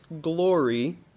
glory